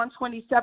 127